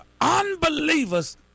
unbelievers